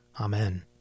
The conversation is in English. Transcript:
Amen